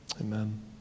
Amen